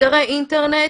אתרי אינטרנט